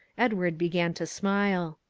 edward began to smile.